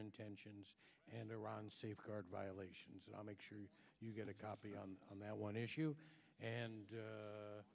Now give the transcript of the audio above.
intentions and iran safeguard violations and i make sure you get a copy on that one issue and